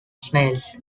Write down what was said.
snails